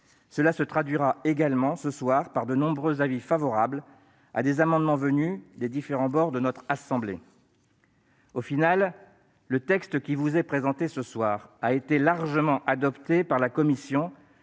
cela se traduira également, ce soir, par de nombreux avis favorables sur des amendements venus des différents bords de notre assemblée. Finalement, le texte qui vous est présenté ce soir a été largement adopté par la commission,